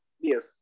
yes